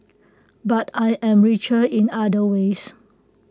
but I am richer in other ways